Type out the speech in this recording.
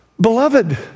Beloved